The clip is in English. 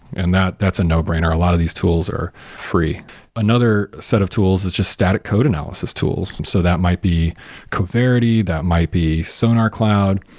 and that's a no brainer. a lot of these tools are free another set of tools is just static code analysis tools. so that might be coverity, that might be sonar cloud.